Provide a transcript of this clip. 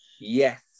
Yes